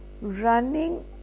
running